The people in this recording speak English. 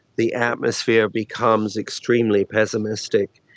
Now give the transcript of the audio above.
the atmosphere becomes extremely pessimistic,